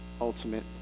ultimate